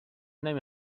نمی